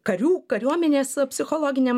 karių kariuomenės psichologiniam